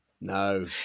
No